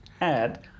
add